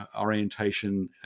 orientation